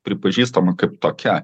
pripažįstama kaip tokia